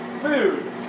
food